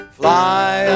fly